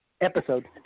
Episode